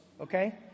Okay